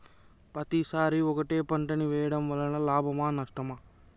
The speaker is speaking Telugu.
పత్తి సరి ఒకటే పంట ని వేయడం వలన లాభమా నష్టమా?